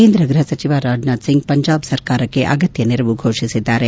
ಕೇಂದ್ರ ಗೃಹ ಸಚಿವ ರಾಜ್ನಾಥ್ ಸಿಂಗ್ ಪಂಜಾಬ್ ಸರ್ಕಾರಕ್ಕೆ ಅಗತ್ಯ ನೆರವು ಘೋಷಿಸಿದ್ದಾರೆ